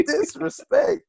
Disrespect